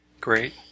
Great